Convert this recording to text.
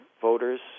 voters